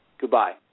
goodbye